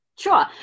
Sure